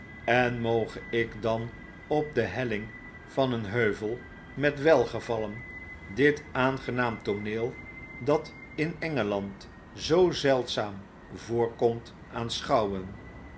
en moge ik dan op de helling van een heuvel met welgevallen dit aangenaam tooneel dat in engeland zoo zeldzaam voorkomt